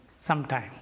sometime